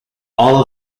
all